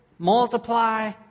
Multiply